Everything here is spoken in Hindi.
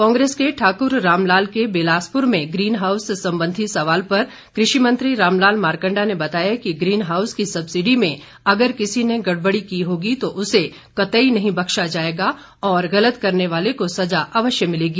कांग्रेस के ठाकुर रामलाल के बिलासपुर में ग्रीन हाउस संबंधी सवाल पर कृषि मंत्री रामलाल मारकण्डा ने बताया कि ग्रीन हाउस की सब्सिडी में अगर किसी ने गड़बड़ी की होगी तो उसे कतई नहीं बख्शा जाएगा और गलत करने वाले को सजा अवश्य मिलेगी